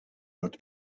but